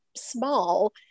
small